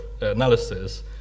analysis